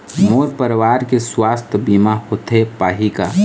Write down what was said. मोर परवार के सुवास्थ बीमा होथे पाही का?